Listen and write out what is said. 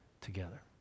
together